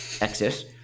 exit